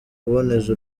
kuboneza